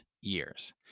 years